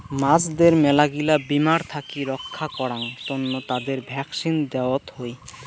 মাছদের মেলাগিলা বীমার থাকি রক্ষা করাং তন্ন তাদের ভ্যাকসিন দেওয়ত হই